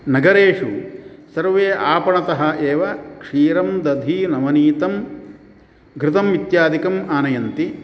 नगरेषु सर्वे आपणतः एव क्षीरं दधि नवनीतं घृतम् इत्यादिकम् आनयन्ति